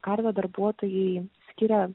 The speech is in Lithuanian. karito darbuotojai skiria